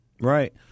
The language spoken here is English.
right